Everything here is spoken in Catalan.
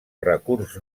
recurs